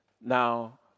Now